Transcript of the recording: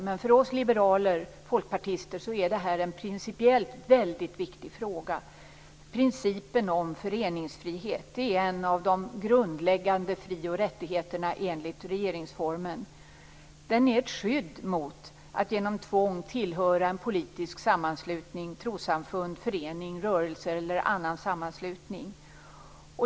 Men för oss liberaler och folkpartister är det en principiellt väldigt viktig fråga. Det gäller principen om föreningsfrihet. Det är en av de grundläggande fri och rättigheterna enligt regeringsformen. Den är ett skydd mot att genom tvång tillhöra politisk sammanslutning, trossamfund, förening, rörelse eller annan sammanslutning.